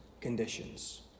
conditions